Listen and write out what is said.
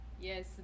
Yes